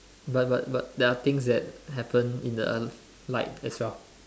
but but but there are things that happen in the early light as well